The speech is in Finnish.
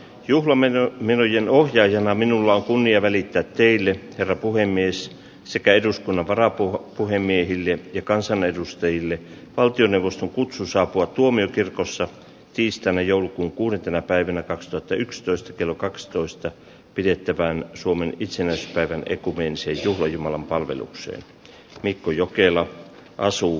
juhlamenot menojen ohjaajana minulla on kunnia välittää teille herra puhemies sekä eduskunnan varapuhepuhemiehille ja kansanedustajille valtioneuvoston kutsu saapua tuomiokirkossa tiistaina joulukuun kuudentena päivänä kaksituhattayksitoista kello kaksitoista pidettävään suomen itsenäispäivän kuvien siis juhlajumalanpalvelukseen mikko jokela asuu